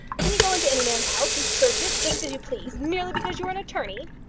can you go into any man's house and search it just as you please, merely because you are an attorney?